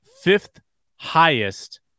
fifth-highest